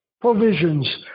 provisions